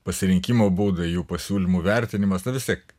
pasirinkimo būdai jų pasiūlymų vertinimas na vis tiek